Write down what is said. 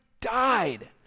died